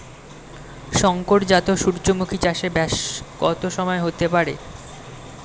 শংকর জাত সূর্যমুখী চাসে ব্যাস কত সময় হতে পারে?